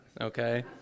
okay